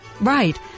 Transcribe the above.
Right